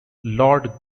lord